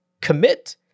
commit